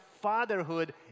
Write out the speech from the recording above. fatherhood